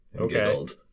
Okay